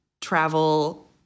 travel